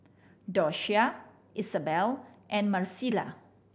Doshia Isabell and Marcela